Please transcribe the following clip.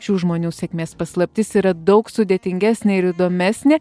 šių žmonių sėkmės paslaptis yra daug sudėtingesnė ir įdomesnė